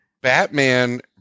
Batman